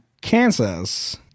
Kansas